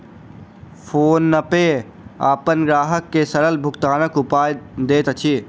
PhonePe अपन ग्राहक के सरल भुगतानक उपाय दैत अछि